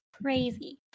crazy